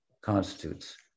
constitutes